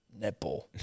Netball